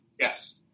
Yes